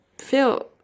feel